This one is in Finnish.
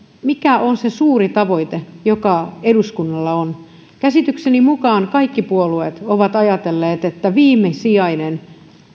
mikä on se suuri tavoite joka eduskunnalla on käsitykseni mukaan kaikki puolueet ovat ajatelleet että viimesijainen